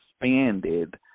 expanded